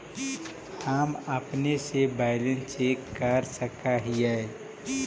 हम अपने से बैलेंस चेक कर सक हिए?